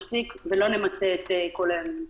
שאנחנו מסתכלים על הנתונים,